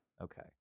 Okay